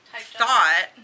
thought